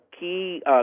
Key